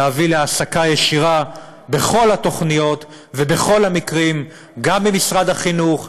להביא להעסקה ישירה בכל התוכניות ובכל המקרים: גם במשרד החינוך,